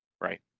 Right